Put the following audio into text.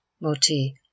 Moti